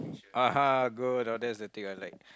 !uh-huh! good now that's the thing I like